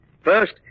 First